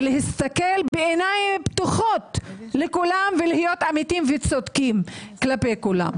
להסתכל בעיניים פתוחות לכולם ולהיות אמיתיים וצודקים כלפי כולם.